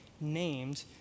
named